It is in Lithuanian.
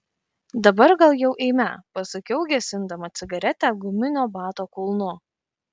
dabar gal jau eime pasakiau gesindama cigaretę guminio bato kulnu